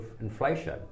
inflation